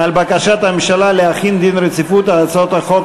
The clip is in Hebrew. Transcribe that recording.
על בקשת הממשלה להחיל דיון רציפות על הצעות חוק.